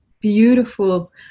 beautiful